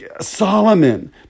Solomon